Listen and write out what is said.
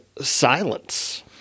silence